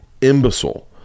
imbecile